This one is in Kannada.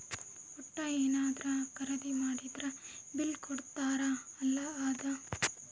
ವಟ್ಟ ಯೆನದ್ರ ಖರೀದಿ ಮಾಡಿದ್ರ ಬಿಲ್ ಕೋಡ್ತಾರ ಅಲ ಅದ